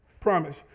Promise